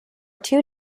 two